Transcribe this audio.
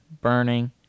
burning